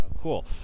Cool